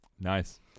Nice